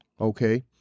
okay